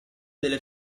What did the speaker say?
delle